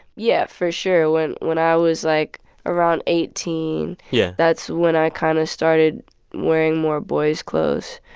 yeah, for sure. when when i was like around eighteen, yeah that's when i kind of started wearing more boys' clothes.